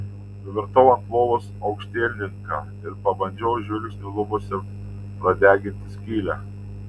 nuvirtau ant lovos aukštielninka ir pabandžiau žvilgsniu lubose pradeginti skylę